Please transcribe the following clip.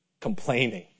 Complaining